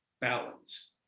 balance